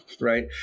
right